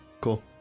Cool